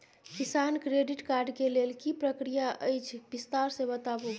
किसान credit card के लेल की प्रक्रिया अछि विस्तार से बताबू?